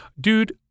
Dude